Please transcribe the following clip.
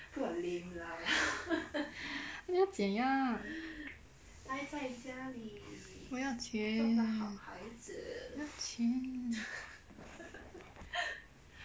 要怎样我要钱我要钱